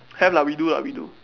have lah we do lah we do